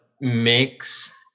makes